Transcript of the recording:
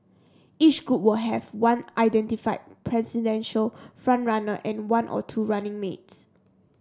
each group would have one identified presidential front runner and one or two running mates